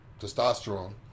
testosterone